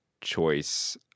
choice